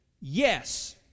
Yes